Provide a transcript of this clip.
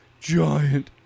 giant